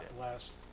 last